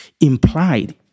implied